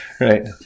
right